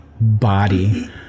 body